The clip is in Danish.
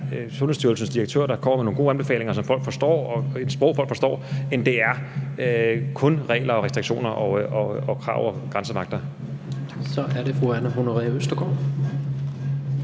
Sundhedsstyrelsens direktør, der kommer med nogle gode anbefalinger, som folk forstår, i et sprog, som folk forstår, end at det kun er regler, restriktioner og krav om grænsevagter. Kl. 16:08 Tredje næstformand